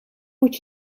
moet